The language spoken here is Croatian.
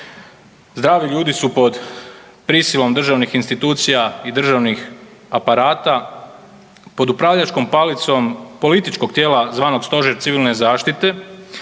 Zdravi ljudi su pod prisilom državnih institucija i državnih aparata pod upravljačkom palicom političkog tijela zvanog Stožer civilne zaštite